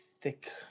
thick